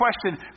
question